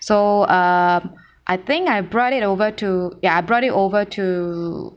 so uh I think I brought it over to ya I brought it over to